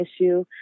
issue